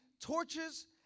torches